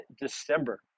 December